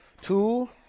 Two